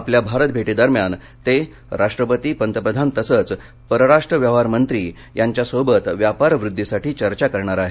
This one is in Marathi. आपल्या भेटी दरम्यान ते राष्ट्रपती पंतप्रधान तसंच परराष्ट्र व्यवहार मंत्री यांच्या सोबत व्यापार वृद्धीसाठी चर्चा करणार आहेत